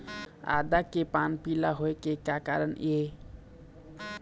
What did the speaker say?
आदा के पान पिला होय के का कारण ये?